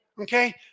okay